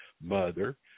mother